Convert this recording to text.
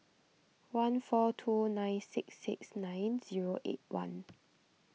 one four two nine six six nine zero eight one